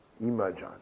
imagine